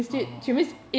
!aww!